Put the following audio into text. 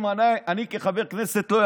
אם אני כחבר כנסת לא,